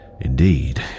Indeed